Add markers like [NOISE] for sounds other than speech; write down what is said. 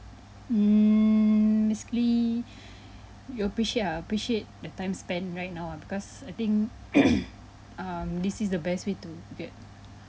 mm basically [BREATH] you appreciate ah appreciate the time spent right now ah because I think [COUGHS] um this is the best way to get